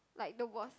like the worse